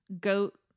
goat